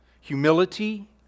humility